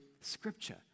scripture